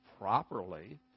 properly